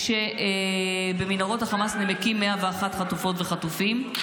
כשבמנהרות החמאס נמקים 101 חטופות וחטופים.